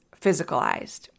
physicalized